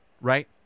Right